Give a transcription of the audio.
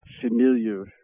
familiar